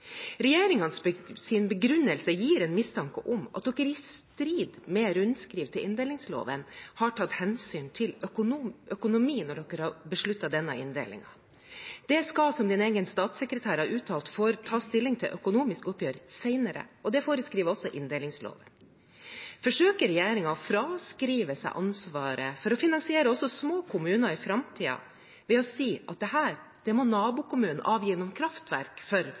regjeringens begrunnelse gis det her en mistanke om at man i strid med rundskriv til inndelingsloven har tatt hensyn til økonomi når man har besluttet denne inndelingen. Man får, som din egen statssekretær har uttalt, ta stilling til økonomisk oppgjør senere. Det ligger også i inndelingsloven. Forsøker regjeringen å fraskrive seg ansvaret for å finansiere også små kommuner i framtiden ved å si at dette må nabokommunen avgi gjennom kraftverk for